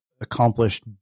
accomplished